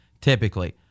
typically